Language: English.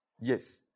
Yes